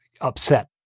upset